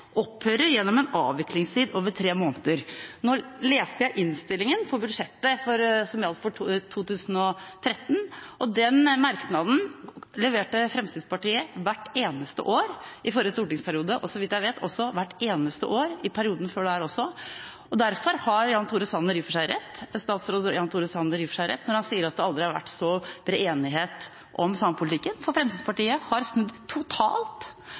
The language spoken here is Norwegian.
opphører gjennom en avviklingstid over tre måneder». Nå leste jeg fra innstillingen til budsjettet som gjaldt for 2013. Denne merknaden leverte Fremskrittspartiet hvert eneste år i forrige stortingsperiode og – så vidt jeg vet – også hvert eneste år i perioden før den. Derfor har statsråd Jan Tore Sanner i og for seg rett når han sier at det aldri har vært så bred enighet om samepolitikken – for Fremskrittspartiet har snudd totalt